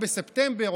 גם בספטמבר,